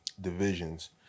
divisions